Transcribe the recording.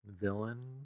villain